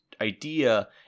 idea